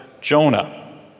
Jonah